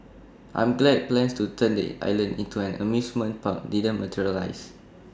I'm glad plans to turn the island into an amusement park didn't materialise